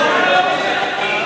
זו, לא מוסרית.